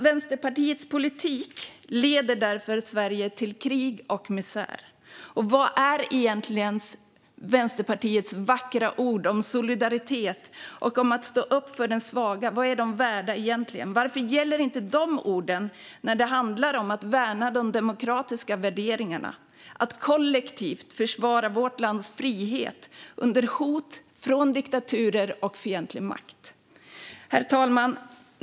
Vänsterpartiets politik leder därför Sverige till krig och misär. Vad är egentligen Vänsterpartiets vackra ord om solidaritet och om att stå upp för de svaga värda? Varför gäller inte dessa ord när det handlar om att värna de demokratiska värderingarna och att kollektivt försvara vårt lands frihet under hot från diktaturer och fientlig makt? Herr talman!